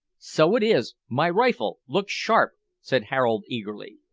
so it is my rifle look sharp! said harold eagerly.